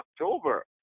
October